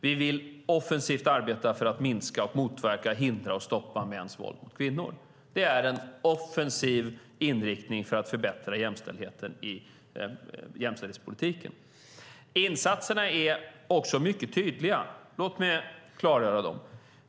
Vi vill offensivt arbeta för att minska och motverka, hindra och stoppa mäns våld mot kvinnor. Det finns en offensiv inriktning för att förbättra jämställdheten i jämställdhetspolitiken. Insatserna är också mycket tydliga. Låt mig klargöra dem.